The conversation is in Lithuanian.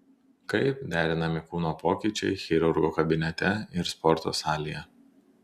kaip derinami kūno pokyčiai chirurgo kabinete ir sporto salėje